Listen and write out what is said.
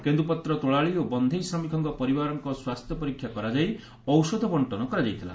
କେନ୍ଦୁପତ୍ର ତୋଳାଳୀ ଓ ବସ୍ଧେଇ ଶ୍ରମିକଙ୍କ ପରିବାରଙ୍କ ସ୍ୱାସ୍ଥ୍ୟ ପରୀକ୍ଷା କରାଯାଇ ଔଷଧ ବଣ୍ଟନ କରାଯାଇଥିଲା